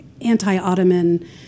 anti-Ottoman